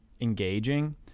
engaging